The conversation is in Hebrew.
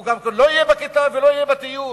הוא לא יהיה בכיתה וגם לא יהיה בטיול,